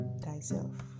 thyself